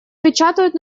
печатают